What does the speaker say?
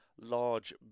large